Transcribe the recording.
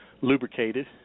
lubricated